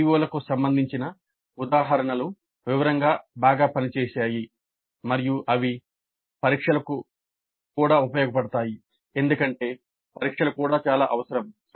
CO లకు సంబంధించిన ఉదాహరణలు వివరంగా బాగా పనిచేశాయి మరియు అవి పరీక్షలకు కూడా ఉపయోగపడతాయి ఎందుకంటే పరీక్షలు కూడా చాలా అవసరం